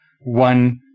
one